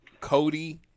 Cody